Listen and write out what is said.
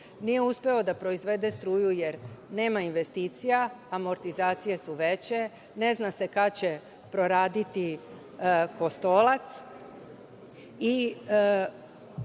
Nije uspeo da proizvede struju jer nema investicija, amortizacije su veće, ne zna se kada će proraditi